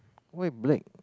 why black